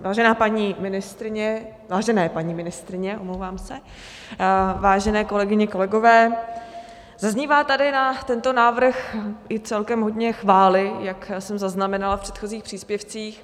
Vážená paní ministryně, vážené paní ministryně, omlouvám se, vážené kolegyně, kolegové, zaznívá tady na tento návrh i celkem hodně chvály, jak jsem zaznamenala v předchozích příspěvcích.